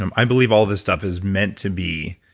um i believe all this stuff is meant to be